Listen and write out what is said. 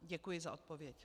Děkuji za odpověď.